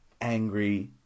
angry